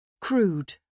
Crude